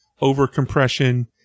over-compression